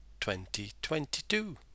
2022